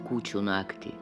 kūčių naktį